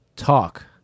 Talk